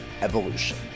Evolution